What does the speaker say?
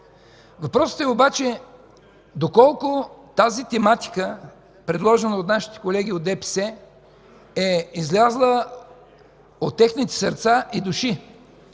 Въпросът обаче е: доколко тази тематика, предложена от нашите колеги от ДПС, е излязла от техните сърца и души,